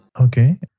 Okay